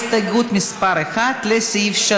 מסעוד גנאים,